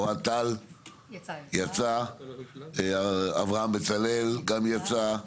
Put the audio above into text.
אוהד טל יצא; אברהם בצלאל גם יצא,